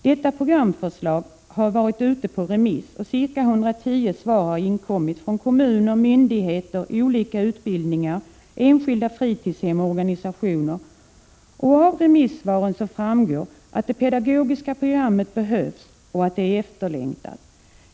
Detta programförslag har varit ute på remiss, och ca 110 svar har inkommit från kommuner, myndigheter, olika utbildningar, enskilda fritidshem och organisationer. Av remissvaren framgår att det pedagogiska programmet behövs och att det är efterlängat.